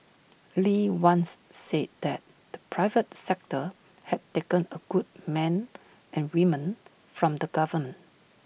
lee once said that the private sector had taken A good men and women from the government